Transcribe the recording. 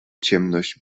ciemność